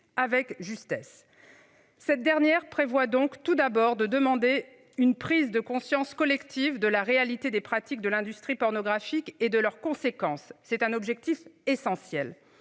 avec justesse. Cette dernière prévoit donc tout d'abord de demander une prise de conscience collective de la réalité des pratiques de l'industrie pornographique et de leurs conséquences. C'est un objectif essentiel,